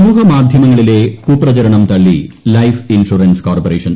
സമൂഹ മാധ്യമങ്ങളിലെ കുപ്രചരണം തള്ളി ലൈഫ് ഇൻഷറൻസ് കോർപ്പറേഷൻ